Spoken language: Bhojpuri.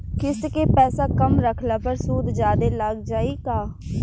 किश्त के पैसा कम रखला पर सूद जादे लाग जायी का?